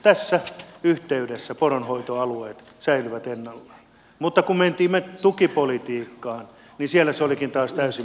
tässä yhteydessä poronhoitoalueet säilyvät ennallaan mutta kun mentiin tukipolitiikkaan niin siellä se olikin taas täysin mahdotonta